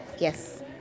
Yes